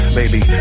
baby